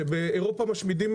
שבאירופה משמידים